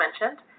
mentioned